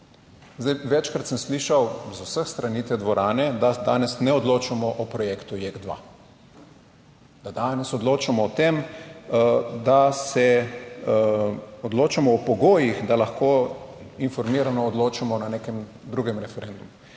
Zdaj, večkrat sem slišal z vseh strani te dvorane, da danes ne odločamo o projektu JEK2. Da danes odločamo o pogojih, da lahko informirano odločamo na nekem drugem referendumu.